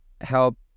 help